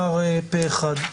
אושר פה אחד.